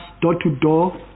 door-to-door